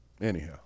Anyhow